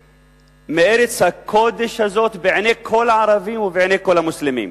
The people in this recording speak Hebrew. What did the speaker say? מארץ הקודש הזו בעיני כל הערבים ובעיני כל המוסלמים.